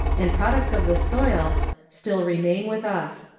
and products of the soil still remain with us.